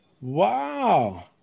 wow